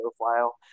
profile